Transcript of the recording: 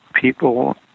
People